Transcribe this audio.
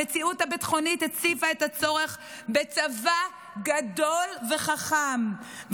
המציאות הביטחונית הציפה את הצורך בצבא גדול וחכם.